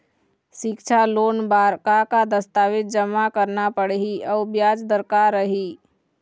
सिक्छा लोन बार का का दस्तावेज जमा करना पढ़ही अउ ब्याज दर का रही?